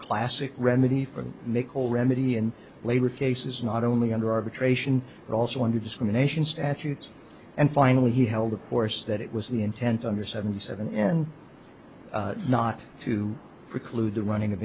classic remedy for nicole remedy and later cases not only under arbitration but also under discrimination statutes and finally he held of course that it was the intent under seventy seven and not to preclude the running of